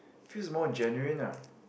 feels more genuine ah